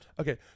okay